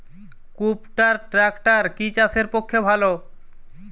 কুবটার ট্রাকটার কি চাষের পক্ষে ভালো?